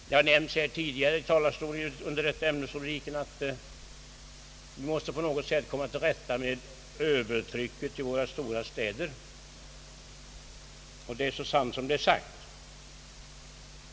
Det har nämnts tidigare i talarstolen under denna ämnesrubrik att vi på något sätt måste komma till rätta med övertrycket i våra stora städer, och det är så sant som det är sagt.